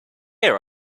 there